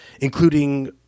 including